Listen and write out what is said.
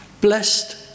Blessed